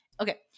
Okay